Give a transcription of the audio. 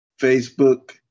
Facebook